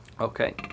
Okay